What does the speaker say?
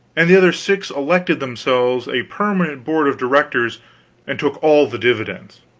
and the other six elected themselves a permanent board of direction and took all the dividends.